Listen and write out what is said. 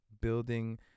building